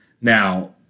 Now